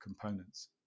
components